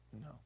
no